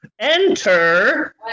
Enter